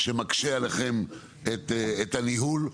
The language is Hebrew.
שמקשה עליכם את הניהול,